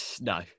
No